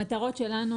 המטרות שלנו,